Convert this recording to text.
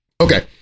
Okay